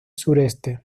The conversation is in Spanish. sureste